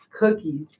Cookies